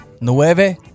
nueve